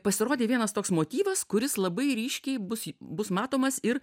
pasirodė vienas toks motyvas kuris labai ryškiai bus bus matomas ir